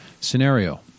scenario